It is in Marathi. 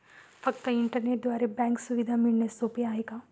फक्त इंटरनेटद्वारे बँक सुविधा मिळणे सोपे आहे का?